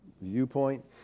viewpoint